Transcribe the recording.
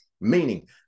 meaning